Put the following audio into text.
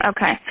Okay